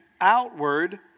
outward